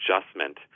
adjustment